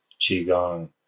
Qigong